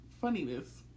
funniness